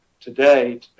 today